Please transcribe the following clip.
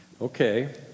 Okay